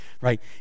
right